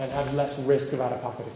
and less risk of out of pocket